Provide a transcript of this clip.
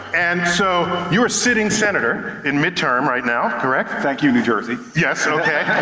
and so, you are sitting senator in midterm right now, correct? thank you new jersey. yes, okay.